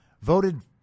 voted